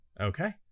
okay